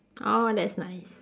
orh that's nice